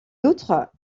outre